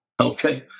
Okay